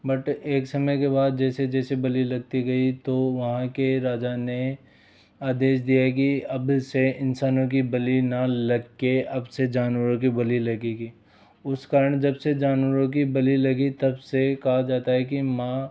but एक समय के बाद जैसे जैसे बलि लगती गई तो वहाँ के राजा ने आदेश दिया कि अब से इंसानों की बलि ना लग के अब से जानवरों की बलि लगेगी उस कारण जबसे जानवरों की बलि लगी तब से कहा जाता है कि माँ